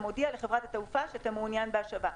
מודיע לחברת התעופה שאתה מעוניין בהשבה.